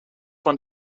van